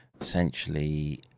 essentially